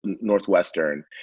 Northwestern